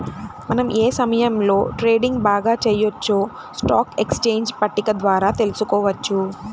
మనం ఏ సమయంలో ట్రేడింగ్ బాగా చెయ్యొచ్చో స్టాక్ ఎక్స్చేంజ్ పట్టిక ద్వారా తెలుసుకోవచ్చు